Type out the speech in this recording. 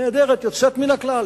יוצאת מן הכלל,